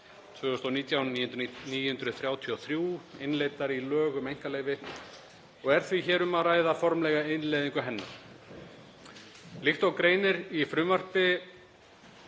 2019/933 innleiddar í lög um einkaleyfi og er því hér um að ræða formlega innleiðingu hennar. Líkt og greinir í frumvarpi